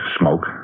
smoke